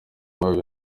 mabi